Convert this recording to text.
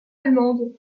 allemande